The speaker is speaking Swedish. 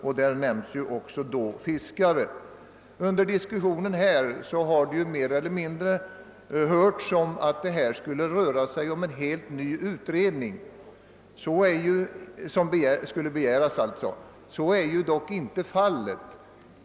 Bland dessa nämns också fiskare. Under diskussionen här har det mer eller mindre gjorts gällande att det skulle vara fråga om att begära en helt ny utredning. Så är dock inte fallet.